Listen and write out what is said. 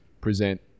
present